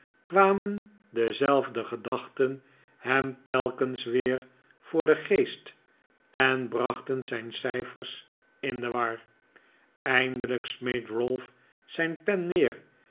kwamen dezelfde gedachten hem telkens weer voor den geest en brachten zijn cijfers in de war eindelijk smeet ralph zijn pen neer